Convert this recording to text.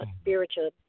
spiritual